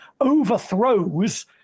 overthrows